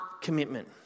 commitment